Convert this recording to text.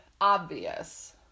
obvious